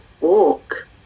walk